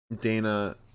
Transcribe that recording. Dana